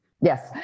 Yes